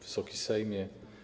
Wysoki Sejmie!